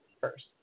first